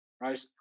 right